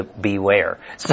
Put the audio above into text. beware